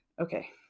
Okay